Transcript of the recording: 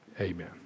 Amen